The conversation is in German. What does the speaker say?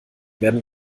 werden